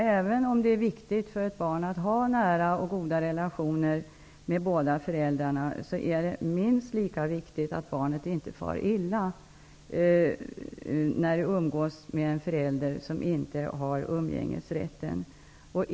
Även om det är viktigt för ett barn att ha nära och goda relationer med båda föräldrarna, är det minst lika viktigt att barnet inte far illa, när det umgås med en förälder som inte har umgängesrätten.